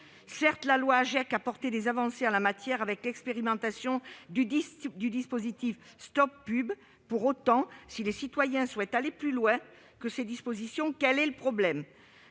Certes, la loi AGEC a apporté des avancées en la matière, avec l'expérimentation du dispositif Stop Pub. Mais si les citoyens souhaitent aller plus loin que ces dispositions, quel est le problème ?